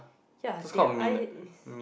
yeah there're I is